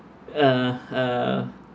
uh